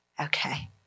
Okay